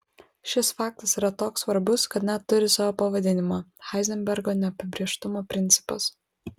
šis faktas yra toks svarbus kad net turi savo pavadinimą heizenbergo neapibrėžtumo principas